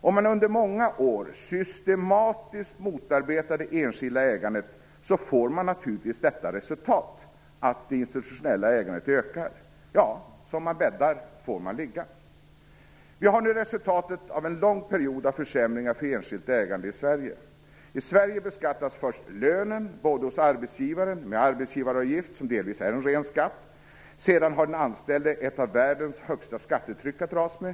Om man under många år systematiskt motarbetar det enskilda ägandet, så får man naturligtvis detta resultat - det institutionella ägandet ökar. Ja, som man bäddar får man ligga. Vi ser nu resultatet av en lång period av försämringar för enskilt ägande i Sverige. I Sverige beskattas först lönen både hos arbetsgivaren med arbetsgivaravgift, som delvis är ren skatt, och hos den anställde som har ett av världens högsta skattetryck att dras med.